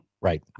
right